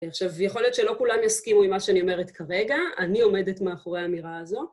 עכשיו, יכול להיות שלא כולם יסכימו עם מה שאני אומרת כרגע, אני עומדת מאחורי האמירה הזו.